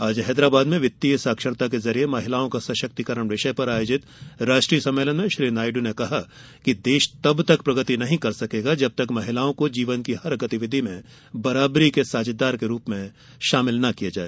आज हैदराबाद में वित्तीय साक्षरता के जरिए महिलाओं का सशक्तीकरण विषय पर आयोजित राष्ट्रीय सम्मेलन में श्री नायड् ने कहा कि देश तब तक प्रगति नहीं कर सकेगा जब तक महिलाओं को जीवन की हर गतिविधि में बराबरी के साझेदार के रूप में शामिल न किया जाए